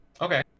okay